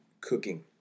cooking